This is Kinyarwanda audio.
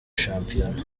shampiyona